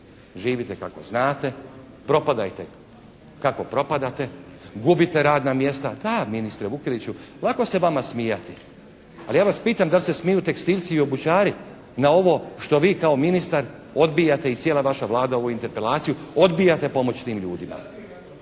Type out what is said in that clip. živite kako znate. Propadajte kako propadate. Gubite radna mjesta. Da ministre Vukeliću, lako se vama smijati. Ali ja vas pitam da li se smiju tekstilci i obućari na ovo što vi kao ministar odbijate i cijela vaša Vlada ovu interpelaciju odbijate pomoći tim ljudima.